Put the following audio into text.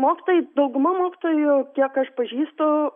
mokytojai dauguma mokytojų kiek aš pažįstu